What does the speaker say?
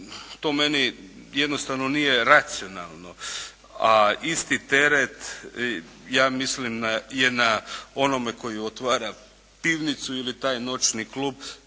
To meni jednostavno nije racionalno, a isti teret ja mislim je na onome tko otvara pivnicu ili taj noćni klub